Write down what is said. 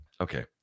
Okay